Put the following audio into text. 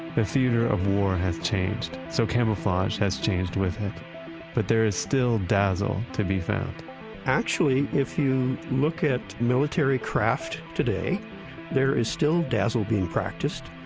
the theater of war has changed, so camouflage has changed with it but there is still dazzle to be found actually if you look at military craft today there is still dazzle being practiced.